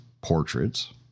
portraits